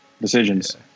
decisions